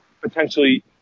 potentially